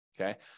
Okay